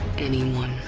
anyone.